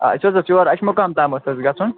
آ اَسہِ حظ اوس یور اَشہٕ مُقام تام اوس اَسہِ گژھُن